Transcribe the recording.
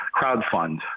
crowdfund